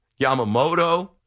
Yamamoto